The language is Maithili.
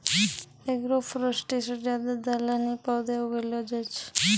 एग्रोफोरेस्ट्री से ज्यादा दलहनी पौधे उगैलो जाय छै